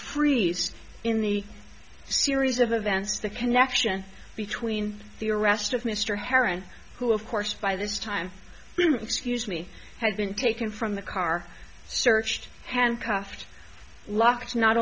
freeze in the series of events the connection between the arrest of mr heron who of course by this time scuse me has been taken from the car searched handcuffed locked not